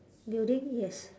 building yes